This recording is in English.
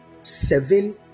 seven